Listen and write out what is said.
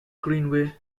greenway